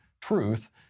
Truth